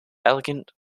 elegant